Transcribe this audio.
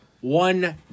One